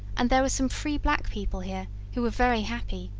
and there were some free black people here who were very happy,